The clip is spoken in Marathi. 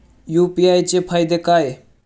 यु.पी.आय चे फायदे काय?